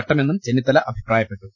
ചട്ടമെന്നും Chennithala അഭിപ്രായപ്പെട്ടു